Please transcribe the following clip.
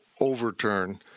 overturn